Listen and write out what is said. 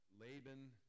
Laban